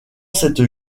cette